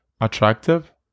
attractive